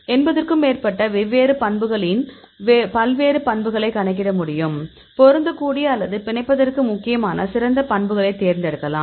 80 க்கும் மேற்பட்ட வெவ்வேறு பண்புகளின் பல்வேறு பண்புகளை கணக்கிட முடியும் பொருந்தக்கூடிய அல்லது பிணைப்பதற்கு முக்கியமான சிறந்த பண்புகளை தேர்ந்தெடுக்கலாம்